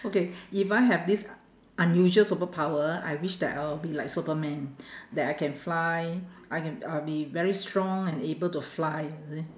okay if I have this un~ unusual superpower I wish that I will be like superman that I can fly I can I will be very strong and able to fly